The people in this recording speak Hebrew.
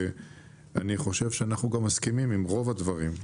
אני חושב שאנחנו מסכימים עם רוב הדברים.